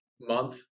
month